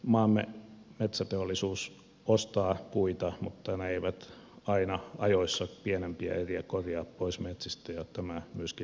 maamme metsäteollisuus ostaa puita mutta se ei aina ajoissa korjaa pienempiä eriä pois metsistä ja tämä myöskin lisää tuhohyönteisiä